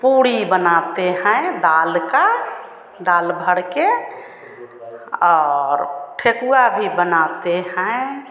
पूड़ी बनाते हैं दाल की दाल भर कर और ठेकुआ भी बनाते हैं